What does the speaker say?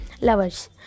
Lovers